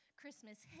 Christmas